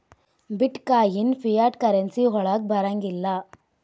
ಬಿಟ್ coin fiat currency ವಳಗ್ ಬರಂಗಿಲ್ಲಾ